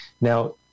Now